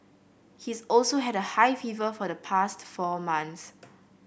he's also had a high fever for the past four months